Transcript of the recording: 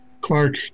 Clark